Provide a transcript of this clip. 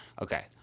okay